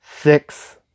six